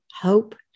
hope